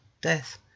death